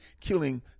killing